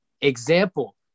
Example